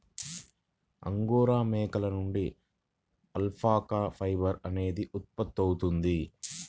angora మేకల నుండి alpaca fibre అనేది ఉత్పత్తవుతుంది